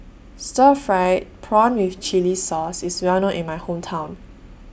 Stir Fried Prawn with Chili Sauce IS Well known in My Hometown